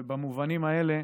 ובמובנים האלה,